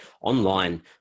online